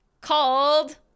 called